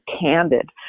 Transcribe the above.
candid